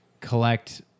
collect